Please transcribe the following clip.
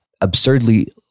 absurdly